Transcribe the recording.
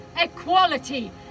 equality